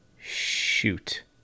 shoot